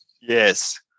Yes